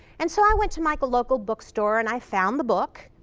and so i went to my local bookstore and i found the book.